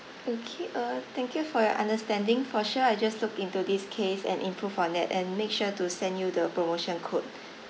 okay uh thank you for your understanding for sure I'll just look into this case and improve on that and make sure to send you the promotion code